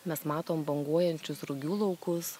mes matom banguojančius rugių laukus